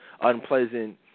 unpleasant